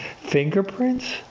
Fingerprints